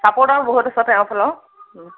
ছাপোৰ্টাৰো বহুত আছে তেওঁৰ ফালৰ